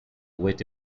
wait